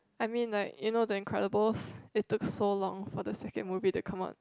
I mean like you know the Incredibles it took so long for the stupid movie to come out